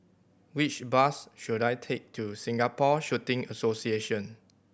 which bus should I take to Singapore Shooting Association